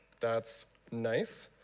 that's nice.